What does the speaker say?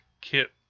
kit